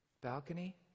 Balcony